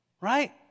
right